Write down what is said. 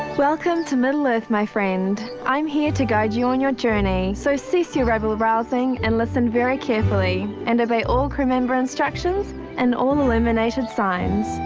welcome to middle earth my friend. i'm here to guide you on your journey so cease your rabble rousing and listen very carefully and obey all crewmember instructions and all illuminated signs.